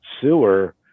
sewer